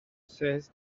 seize